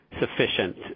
sufficient